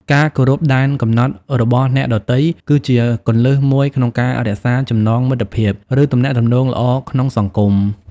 ការគោរពដែនកំណត់របស់អ្នកដទៃ គឺជាគន្លឹះមួយក្នុងការរក្សាចំណងមិត្តភាព ឬទំនាក់ទំនងល្អក្នុងសង្គម។